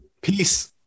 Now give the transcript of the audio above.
Peace